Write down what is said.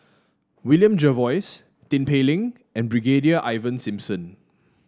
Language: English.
William Jervois Tin Pei Ling and Brigadier Ivan Simson